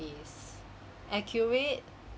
is accurate